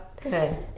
Good